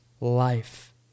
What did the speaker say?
life